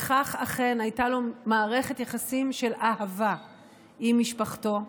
וכך אכן הייתה לו מערכת יחסים של אהבה עם משפחתו,